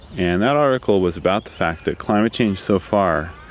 and that article was about the fact that climate change so far